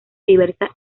diversa